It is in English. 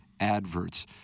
adverts